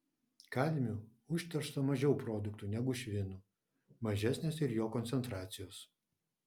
kadmiu užteršta mažiau produktų negu švinu mažesnės ir jo koncentracijos